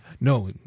No